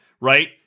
right